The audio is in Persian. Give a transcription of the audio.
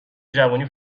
جوونی